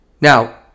Now